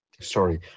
sorry